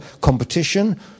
competition